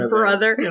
brother